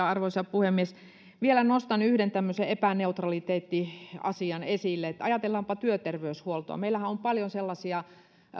arvoisa puhemies vielä nostan yhden tämmöisen epäneutraliteettiasian esille ajatellaanpa työterveyshuoltoa meillähän on on paljon sellaisia